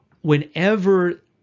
whenever